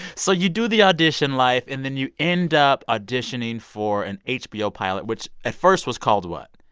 so you do the audition live, and then you end up auditioning for an hbo pilot which at first was called what?